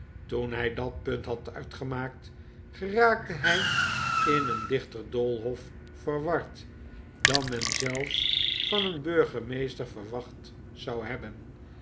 toen hij dat punt had uitgemaakt geraakte hg in een dichter doolhof verward dan men zelfs van een burgemeester verwacht zou hebben